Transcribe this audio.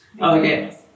Okay